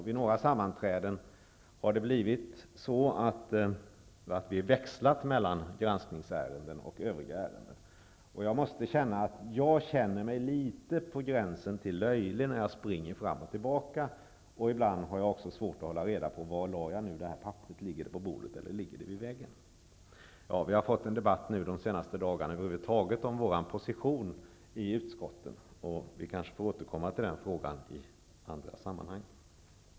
Vid några sammanträden har det blivit så att vi växlat mellan granskningsärenden och övriga ärenden. Jag känner mig på gränsen till löjlig när jag springer fram och tillbaka. Ibland har jag också svårt att hålla reda på var jag har lagt papperet. Ligger det på bordet eller vid väggen? Vi har de senaste dagarna fått en debatt om vår position i utskotten. Vi får kanske återkomma till den frågan i andra sammanhang.